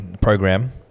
program